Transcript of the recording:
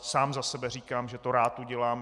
Sám za sebe říkám, že to rád udělám.